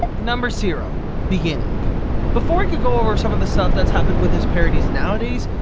number zero beginning before i can go over some of the stuff that's happened with his parodies nowadays,